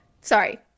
sorry